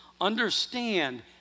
understand